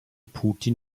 putin